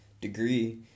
degree